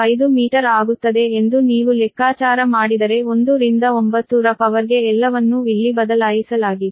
15 metre ಆಗುತ್ತದೆ ಎಂದು ನೀವು ಲೆಕ್ಕಾಚಾರ ಮಾಡಿದರೆ 1 ರಿಂದ 9 ರ ಪವರ್ಗೆ ಎಲ್ಲವನ್ನೂ ಇಲ್ಲಿ ಬದಲಾಯಿಸಲಾಗಿದೆ